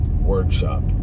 workshop